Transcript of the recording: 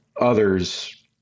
others